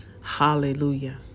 Hallelujah